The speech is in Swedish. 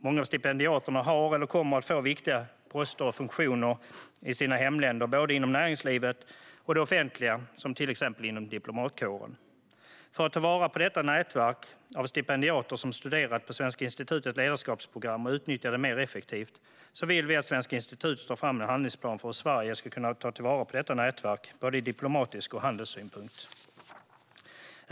Många av stipendiaterna har eller kommer att få viktiga poster och funktioner i sina hemländer, inom både näringslivet och det offentliga, till exempel inom diplomatkåren. För att ta vara på detta nätverk av stipendiater som studerat på Svenska institutets ledarskapsprogram och utnyttja det mer effektivt vill vi att Svenska institutet tar fram en handlingsplan för detta, ur både diplomatisk synpunkt och handelssynpunkt.